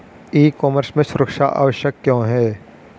ई commerce में सुरक्षा आवश्यक क्यों है?